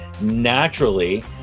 naturally